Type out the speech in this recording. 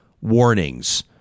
warnings